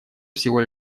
всего